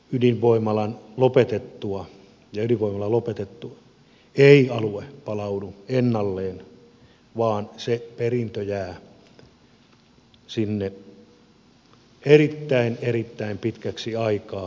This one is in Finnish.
ydinvoimalan lopetettua ei alue palaudu ennalleen vaan se perintö jää sinne erittäin erittäin pitkäksi aikaa